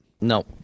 No